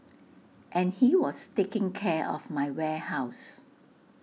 and he was taking care of my warehouse